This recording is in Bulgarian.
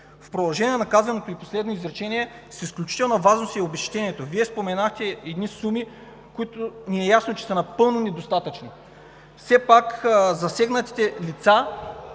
В продължение на казаното, последно изречение, от изключителна важност е и обезщетението. Вие споменахте едни суми, които ни е ясно, че са напълно недостатъчни. Засегнатите лица